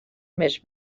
més